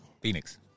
Phoenix